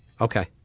Okay